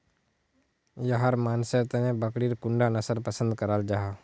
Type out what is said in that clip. याहर मानसेर तने बकरीर कुंडा नसल पसंद कराल जाहा?